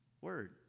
word